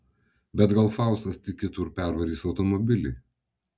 bet gal faustas tik kitur pervarys automobilį